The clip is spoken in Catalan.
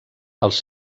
els